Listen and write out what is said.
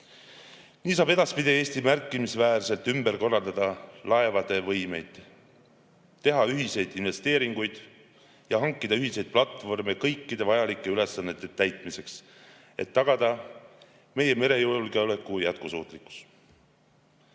Nii saab edaspidi Eesti märkimisväärselt ümber korraldada laevade võimeid, teha ühiseid investeeringuid ja hankida ühiseid platvorme kõikide vajalike ülesannete täitmiseks, et tagada meie merejulgeoleku jätkusuutlikkus. Nii